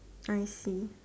I see